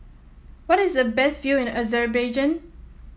what is the best view in the Azerbaijan